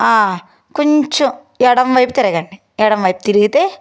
కొంచెం ఎడమవైపు తిరగండి ఎడమవైపు తిరిగితే